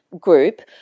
group